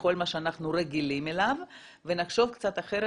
בכל מה שאנחנו רגילים אליו ונחשוב קצת אחרת